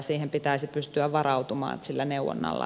siihen pitäisi pystyä varautumaan sillä neuvonnalla